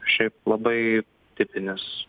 šiaip labai tipinis